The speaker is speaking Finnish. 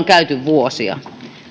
käyty vuosia